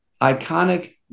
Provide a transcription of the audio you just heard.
iconic